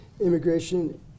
Immigration